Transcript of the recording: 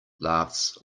laughs